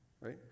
right